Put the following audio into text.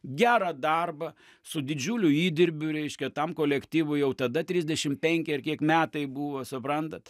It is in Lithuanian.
gerą darbą su didžiuliu įdirbiu reiškia tam kolektyvui jau tada trisdešim penki ar kiek metai buvo suprantat